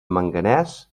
manganès